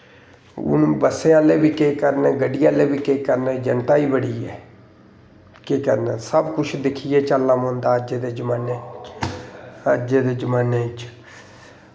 हून बस्सें आह्ले बी केह् करन गड्डी आह्ले बी केह् करन जनता गै बड़ी ऐ केह् करन सब कुश दिक्खियै चलना पौंदा अज्ज दे जमानै अज्जै दे जमानै च